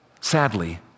sadly